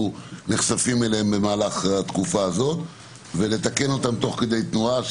נחשפים אליהן במהלך התקופה הזאת ולתקן אותן תוך כדי תנועה,